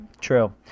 True